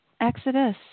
Exodus